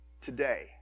Today